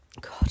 God